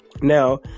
Now